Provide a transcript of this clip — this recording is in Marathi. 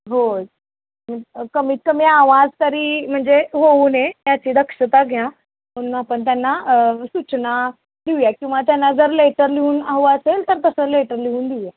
होय कमीत कमी आवाज तरी म्हणजे होऊ नये याची दक्षता घ्या म्हणून आपण त्यांना सूचना देऊया किंवा त्यांना जर लेटर लिहून हवं असेल तर तसं लेटर लिहून देऊया